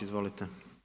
Izvolite.